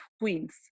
queens